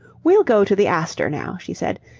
we'll go to the astor now, she said,